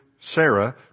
Sarah